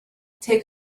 take